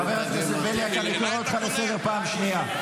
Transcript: חבר הכנסת בליאק, אני קורא אותך לסדר פעם ראשונה.